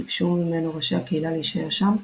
ביקשו ממנו ראשי הקהילה להישאר שם,